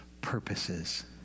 purposes